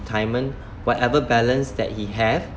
retirement whatever balance that he have